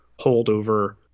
holdover